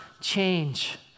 change